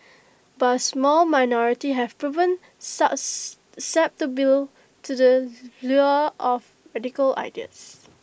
but A small minority have proven susceptible to the lure of radical ideas